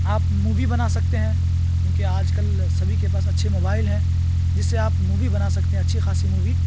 آپ مووی بنا سکتے ہیں کیونکہ آج کل سبھی کے پاس اچھے موبائل ہیں جس سے آپ مووی بنا سکتے ہیں اچھی خاصی مووی